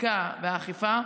החקיקה והאכיפה,